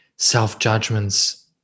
self-judgments